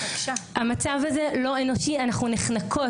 המצב הזה לא אנושי, אנחנו נחנקות.